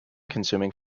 consuming